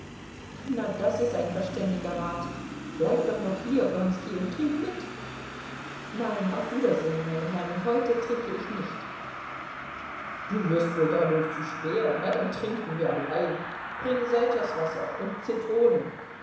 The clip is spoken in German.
na das ist ein verständiger rat bleib doch noch hier wronski und trink mit nein auf wiedersehen meine herren heute trinke ich nicht du wirst wohl dadurch zu schwer na dann trinken wir allein bring selterswasser und zitronen